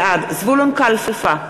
בעד זבולון קלפה,